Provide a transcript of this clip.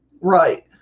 Right